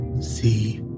see